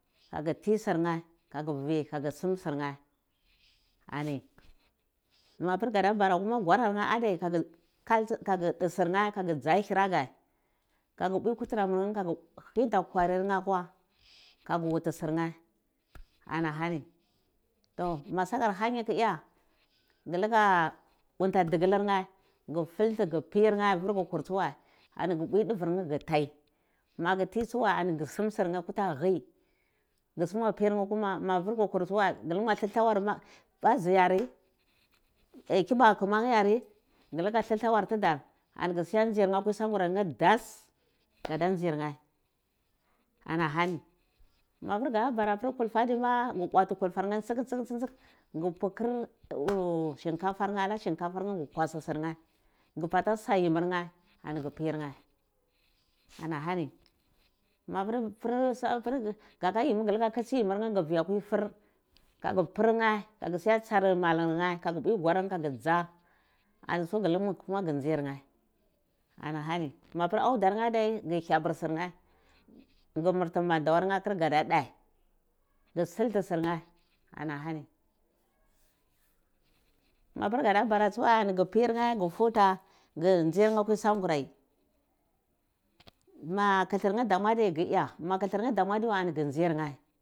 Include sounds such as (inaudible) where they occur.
Agu ti sir nheh agu vi aga sam sir nheh ani mapir gabara pir gwarar nheh advikalci aga du sir nheh aga dza hira gleh kaga pwi kuturamir nheh aga hinta kwarir nheh akwa kaga wuti sinne anahani to ma sakar hanyi kuga guluka bunta digilir nyeh gu filti gu pir nheh virka kuri tsuwai ani ghu pwi duvir nhehoni ghu tai maga ti tuswai gu lungai lanwur pazir are kibale teman yi gare gu lukwa dlawar didar ani ghu lungwar nzir nhoh anlewi sangurai nheh das gaba nzir nher ana hani mapir gabara apir teuffa adi ma ga bwati (unintelligible) gu pukur (hesitation) shinkafar nheh ghu kwasu sirnho ghu bata sa yimir nheh ani ghu pir nher anahani mopir fir gur gotea yimi guluka kitsi vi akwi pir kagapir nheh kaga pui gwaror nhch kago lukwa tsorr malur nheh gu nza anitsu gu langu tsu gu nzair nheh ana hani mapir audar nheh hani tsu gu hyabir surna gur minti mondawar nheh akir gado dheh ghu silti somhch ana harni mapir gudu bara tsuai gu pir nheh ani gu fata gu nzir nheh atwi sangural ma kilar ni damu aoi gu ya madiwa gu nzir nheh.